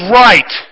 right